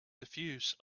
diffuse